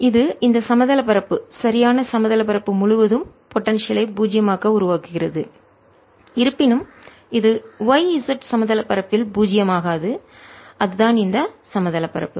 இது இந்த சமதள பரப்பு சரியான சமதள பரப்பு முழுவதும் போடன்சியல் ஐ பூஜ்ஜியமாக உருவாக்குகிறது இருப்பினும் இது y z சமதள பரப்பில் பூஜ்ஜியமாக்காது அதுதான் இந்த சமதள பரப்பு